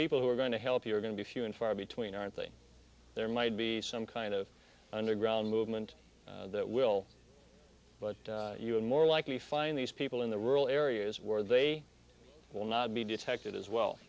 people who are going to help you are going to be few and far between aren't they there might be some kind of underground movement that will but more likely find these people in the rural areas where they will not be detected as well